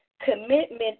commitment